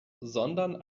sondern